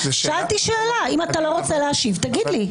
שאלתי שאלה, אם אתה לא רוצה להשיב תגיד לי.